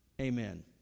Amen